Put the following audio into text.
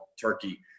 Turkey